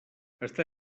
està